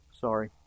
Sorry